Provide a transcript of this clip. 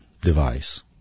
device